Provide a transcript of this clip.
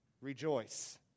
rejoice